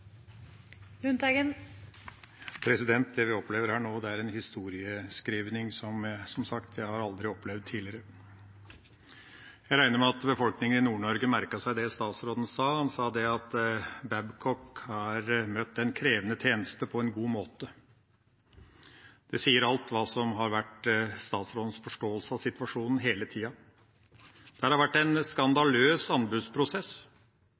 en historieskriving jeg, som sagt, aldri har opplevd tidligere. Jeg regner med at befolkningen i Nord-Norge merket seg det statsråden sa. Han sa at Babcock har møtt en krevende tjeneste på en god måte. Det sier alt om hva som har vært statsråden forståelse av situasjonen hele tida. Dette har vært en skandaløs anbudsprosess.